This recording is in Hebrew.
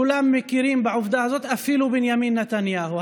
כולם מכירים בעובדה הזאת, אפילו בנימין נתניהו.